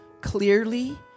clearly